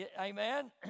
Amen